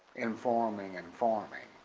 informing and forming